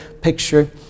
picture